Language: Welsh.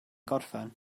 gorffen